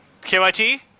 KYT